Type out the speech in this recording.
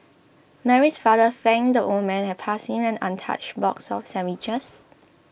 Mary's father thanked the old man and passed him an untouched box of sandwiches